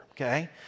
okay